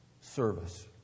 service